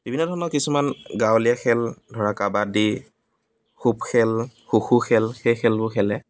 বিভিন্ন ধৰণৰ কিছুমান গাঁৱলীয়া খেল ধৰা কাবাদি খেল খো খো খেল সেই খেলবোৰ খেলে